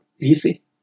easy